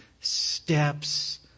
steps